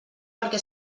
perquè